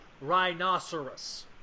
rhinoceros